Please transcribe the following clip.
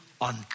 on